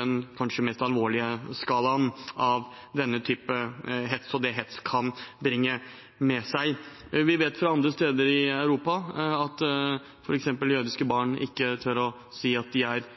den kanskje mest alvorlige på skalaen av den typen hets og det hets kan bringe med seg. Vi vet fra andre steder i Europa at f.eks. jødiske barn ikke tør å si på skolen at de er